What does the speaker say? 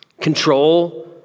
Control